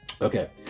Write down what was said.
Okay